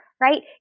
right